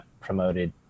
promoted